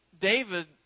David